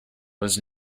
was